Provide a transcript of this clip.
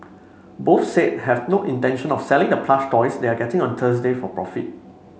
both said have no intention of selling the plush toys they are getting on Thursday for profit